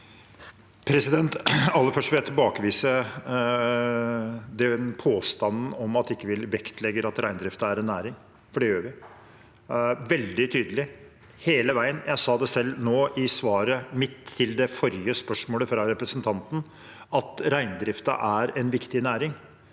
Aller først vil jeg tilbakevise påstanden om at vi ikke vektlegger at reindriften er en næring, for det gjør vi, veldig tydelig, hele veien. Jeg sa det selv nå i svaret mitt på det forrige spørsmålet fra representanten Marhaug, at reindriften er en viktig næring,